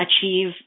achieve